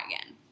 again